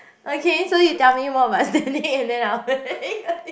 okay so you tell me more about and then I will